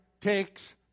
takes